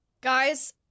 guys